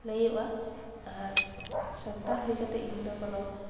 ᱞᱟᱹᱭᱚᱜᱼᱟ ᱟᱨ ᱥᱟᱱᱛᱟᱲ ᱦᱩᱭ ᱠᱟᱛᱮ ᱤᱧ ᱫᱚ ᱠᱚᱱᱚ